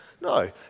No